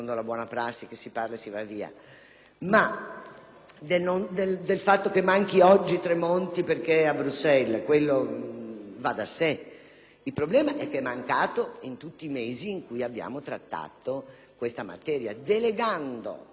ministro Tremonti oggi manchi perché si trova a Bruxelles: questo va da sé. Il problema è che egli è mancato in tutti i mesi in cui abbiamo trattato questa materia delegando totalmente al ministro Calderoli.